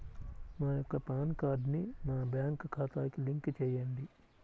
నా యొక్క పాన్ కార్డ్ని నా బ్యాంక్ ఖాతాకి లింక్ చెయ్యండి?